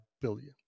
billion